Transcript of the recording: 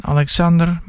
Alexander